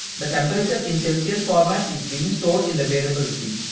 the temperature in celcius format is being stored in the variable t,